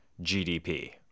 GDP